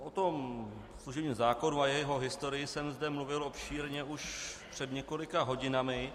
O tom služebním zákonu a jeho historii jsem zde mluvil obšírně už před několika hodinami.